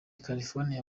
california